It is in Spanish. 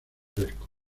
frescos